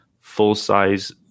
full-size